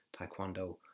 taekwondo